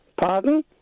Pardon